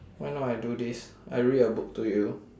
why not I do this I read a book to you